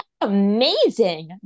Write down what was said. Amazing